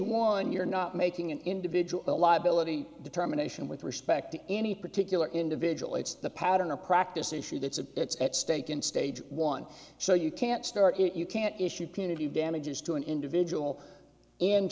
one you're not making an individual a liability determination with respect to any particular individual it's the pattern of practice issue that's it's at stake in stage one so you can't start it you can't issue punitive damages to an individual and